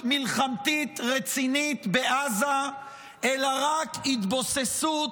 מלחמתית רצינית בעזה אלא רק התבוססות